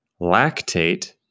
Lactate